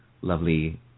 lovely